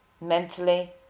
mentally